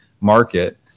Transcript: market